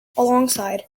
alongside